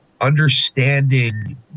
understanding